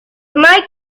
mike